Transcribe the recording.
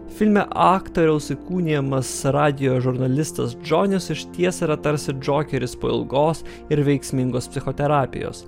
filme aktoriaus įkūnijamas radijo žurnalistas džonis išties yra tarsi džokeris po ilgos ir veiksmingos psichoterapijos